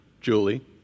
Julie